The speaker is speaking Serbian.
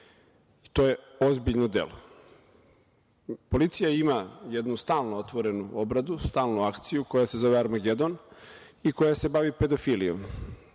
To je ozbiljno delo. Policija ima jednu stalno otvorenu obradu, stalnu akciju, koja se zove „Armagedon“ i koja se bavi pedofilijom,